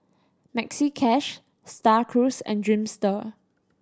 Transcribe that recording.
Maxi Cash Star Cruise and Dreamster